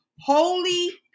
holy